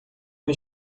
uma